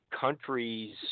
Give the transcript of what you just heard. countries